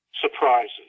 surprises